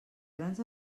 grans